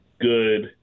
good